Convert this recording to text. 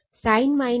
sin 90° 1 ആണ്